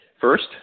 First